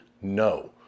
No